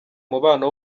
mubano